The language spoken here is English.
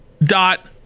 dot